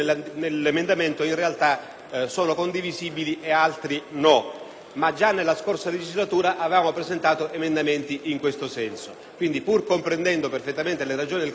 ma già nella scorsa legislatura avevamo presentato emendamenti in questo senso. Quindi, pur comprendendo perfettamente le ragioni del collega Casson, il collega Marini ed io ci asterremo perché vogliamo segnalare che